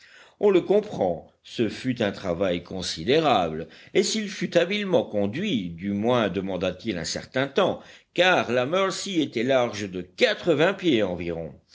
on le comprend ce fut un travail considérable et s'il fut habilement conduit du moins demanda-t-il un certain temps car la mercy était large de quatre-vingts pieds environ